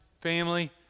family